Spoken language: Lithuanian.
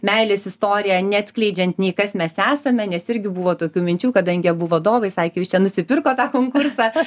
meilės istoriją neatskleidžiant nei kas mes esame nes irgi buvo tokių minčių kadangi abu vadovai sakė jūs čia nusipirkot tą konkursą